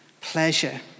pleasure